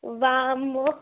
వామ్మో